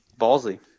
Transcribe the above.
Ballsy